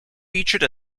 featured